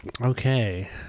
Okay